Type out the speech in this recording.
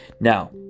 now